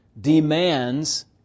demands